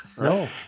No